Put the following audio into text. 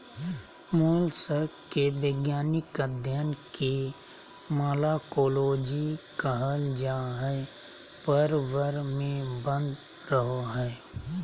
mollusc के वैज्ञानिक अध्यन के मालाकोलोजी कहल जा हई, प्रवर में बंद रहअ हई